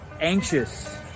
anxious